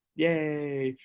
yay.